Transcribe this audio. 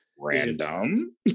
random